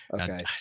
Okay